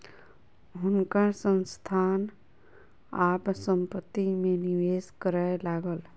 हुनकर संस्थान आब संपत्ति में निवेश करय लागल